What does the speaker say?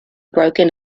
broken